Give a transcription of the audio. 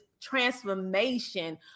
transformation